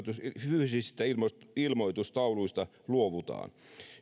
fyysisistä ilmoitustauluista luovutaan